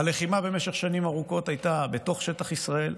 הלחימה במשך שנים ארוכות הייתה בתוך שטח ישראל,